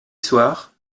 soir